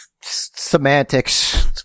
semantics